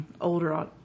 older